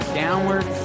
downward